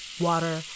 water